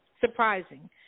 surprising